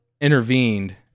intervened